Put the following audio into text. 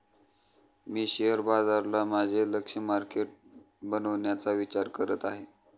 मी share बाजाराला माझे लक्ष्य मार्केट बनवण्याचा विचार करत आहे